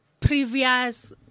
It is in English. previous